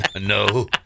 No